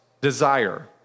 desire